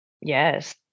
Yes